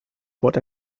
wort